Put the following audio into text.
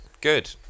Good